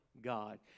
God